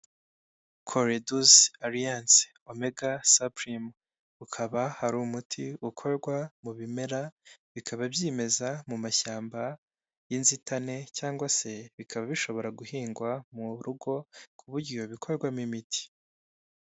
koledozi aliyanse omega sapurimu ukaba hari umuti ukorwa mu bimera bikaba byimeza mu mashyamba y'inzitane, cyangwa se bikaba bishobora guhingwa mu rugo ku buryo bikorwamo imiti.